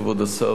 כבוד השר,